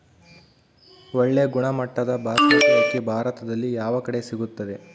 ಒಳ್ಳೆ ಗುಣಮಟ್ಟದ ಬಾಸ್ಮತಿ ಅಕ್ಕಿ ಭಾರತದಲ್ಲಿ ಯಾವ ಕಡೆ ಸಿಗುತ್ತದೆ?